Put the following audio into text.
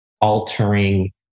altering